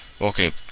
Okay